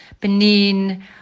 Benin